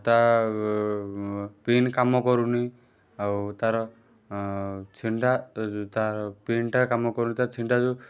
ତା ପିନ୍ କାମ କରୁନି ଆଉ ତାର ଛିଣ୍ଡା ଏ ଯେଉଁ ତାର ପିନ୍ ଟା କାମ କରୁନି ତାର ଛିଣ୍ଡା ଯେଉଁ